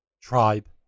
tribe